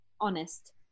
honest